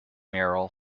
merrill